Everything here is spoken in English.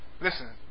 Listen